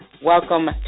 Welcome